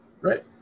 Right